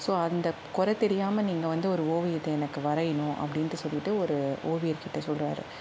so அந்த குற தெரியாமல் நீங்கள் வந்து ஒரு ஓவியத்தை எனக்கு வரையணும் அப்படின்டு சொல்லிவிட்டு ஒரு ஓவியர்கிட்ட சொல்றார்